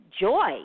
joy